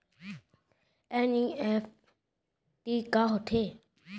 NEFT का होथे?